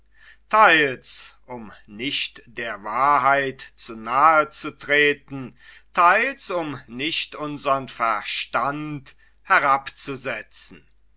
theils um nicht der wahrheit zu nahe zu treten theils um nicht unsern verstand herabzusetzen